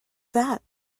that